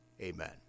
Amen